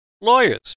lawyers